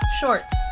shorts